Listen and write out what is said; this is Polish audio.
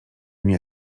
nie